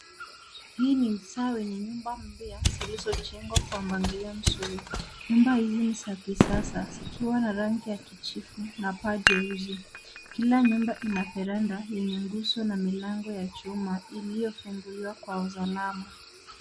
Hii ni msaa wenye nyumba mpya zilizojengwa kwa mpangilio mzuri. Nyumba hizi ni za kisasa zikiwa na rangi ya kijivu na paa jeusi. Kila nyumba ina veranda yenye nguzo na milango ya chuma iliyofunguliwa kwa usalama.